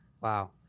Wow